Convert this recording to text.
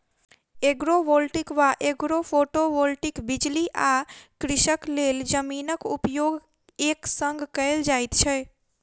agrovoltaic वा agrophotovoltaic बिजली आ कृषिक लेल जमीनक उपयोग एक संग कयल जाइत छै